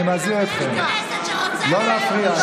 אני מזהיר אתכם, לא להפריע.